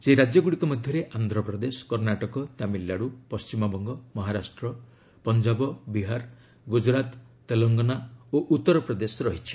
ସେହି ରାଜ୍ୟଗ୍ରଡ଼ିକ ମଧ୍ୟରେ ଆନ୍ଧ୍ରପ୍ରଦେଶ କର୍ଣ୍ଣାଟକ ତାମିଲନାଡୁ ପଶ୍ଚିମବଙ୍ଗ ମହାରାଷ୍ଟ୍ର ପଞ୍ଜାବ ବିହାର ଗୁଜରାତ ତେଲଙ୍ଗାନା ଓ ଉତ୍ତରପ୍ରଦେଶ ରହିଛି